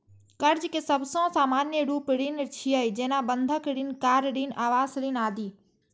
कर्ज के सबसं सामान्य रूप ऋण छियै, जेना बंधक ऋण, कार ऋण, आवास ऋण आदि